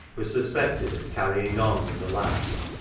was suspected of carrying on with the lads,